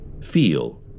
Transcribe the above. feel